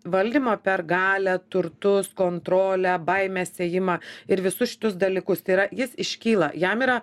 valdymą per galią turtus kontrolę baimės sėjimą ir visus šitus dalykus tai yra jis iškyla jam yra